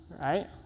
right